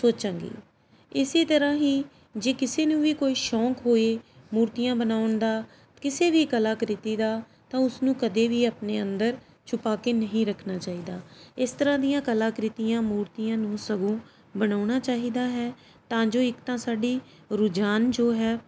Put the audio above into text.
ਸੋਚਾਂਗੀ ਇਸੀ ਤਰ੍ਹਾਂ ਹੀ ਜੇ ਕਿਸੇ ਨੂੰ ਵੀ ਕੋਈ ਸ਼ੌਕ ਹੋਏ ਮੂਰਤੀਆਂ ਬਣਾਉਣ ਦਾ ਕਿਸੇ ਵੀ ਕਲਾਕ੍ਰਿਤੀ ਦਾ ਤਾਂ ਉਸਨੂੰ ਕਦੇ ਵੀ ਆਪਣੇ ਅੰਦਰ ਛੁਪਾ ਕੇ ਨਹੀਂ ਰੱਖਣਾ ਚਾਹੀਦਾ ਇਸ ਤਰ੍ਹਾਂ ਦੀਆਂ ਕਲਾਕ੍ਰਿਤੀਆਂ ਮੂਰਤੀਆਂ ਨੂੰ ਸਗੋਂ ਬਣਾਉਣਾ ਚਾਹੀਦਾ ਹੈ ਤਾਂ ਜੋ ਇੱਕ ਤਾਂ ਸਾਡੀ ਰੁਝਾਨ ਜੋ ਹੈ